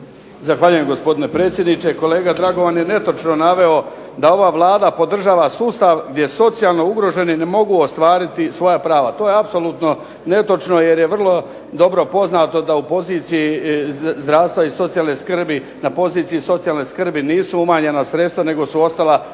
Zahvaljujem gospodine predsjedniče. Kolega Dragovan je netočno naveo da ova Vlada podržava sustav gdje socijalno ugroženi ne mogu ostvariti svoja prava. To je apsolutno netočno, jer je vrlo dobro poznato da u poziciji zdravstva i socijalne skrbi nisu umanjena sredstva nego su ostala ista